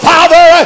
Father